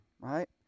right